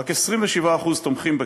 רק 27% תומכים בכך.